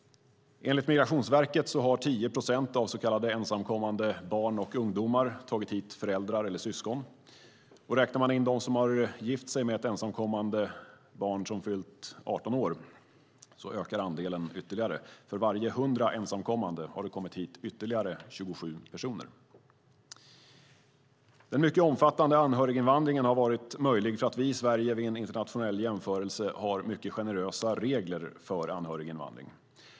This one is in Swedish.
Enligt Migrationsverket har 10 procent av så kallade ensamkommande barn och ungdomar tagit hit föräldrar eller syskon. Räknar man in dem som har gift sig med ett ensamkommande barn som fyllt 18 år ökar andelen ytterligare. För varje 100 ensamkommande har det kommit hit ytterligare 27 personer. Den mycket omfattande anhöriginvandringen har varit möjlig därför att vi i Sverige vid en internationell jämförelse har mycket generösa regler för anhöriginvandring.